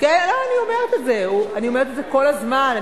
אני אומרת את כל הזמן,